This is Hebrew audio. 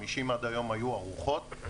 50 היו ערוכות עד היום,